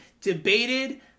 debated